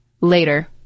later